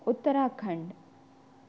Uttarakhand